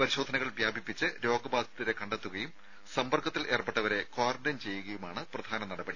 പരിശോധനകൾ വ്യാപിപ്പിച്ച് രോഗബാധിതരെ കണ്ടെത്തുകയും സമ്പർക്കത്തിലേർപ്പെട്ടവരെ ക്വാറന്റൈൻ ചെയ്യുകയുമാണ് പ്രധാന നടപടി